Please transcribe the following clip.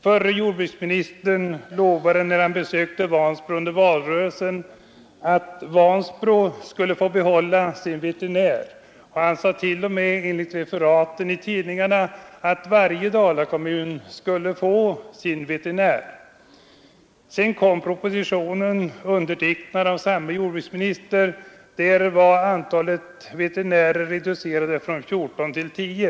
Förre jordbruksministern lovade, när han besökte Vansbro under valrörelsen, att Vansbro skulle få behålla sin veterinär. Han sade t.o.m. enligt referaten i tidningarna att varje dalakommun skulle få sin veterinär. Sedan kom propositionen, undertecknad av samme jordbruksminister. I den var antalet veterinärer reducerat från 14 till 10.